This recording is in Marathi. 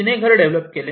तिने घर डेवलप केले